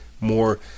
more